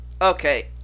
Okay